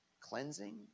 cleansing